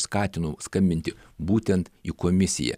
skatinu skambinti būtent į komisiją